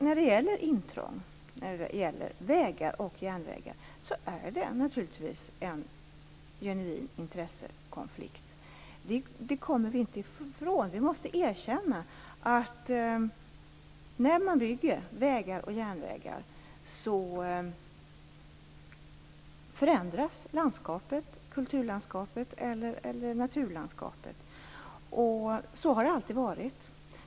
Vad gäller det intrång som vägar och järnvägar gör är det naturligtvis fråga om en genuin intressekonflikt. Det kommer vi inte ifrån. Vi måste erkänna att landskapet, kulturlandskapet eller naturlandskapet, förändras när man bygger vägar och järnvägar. Så har det alltid varit.